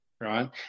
Right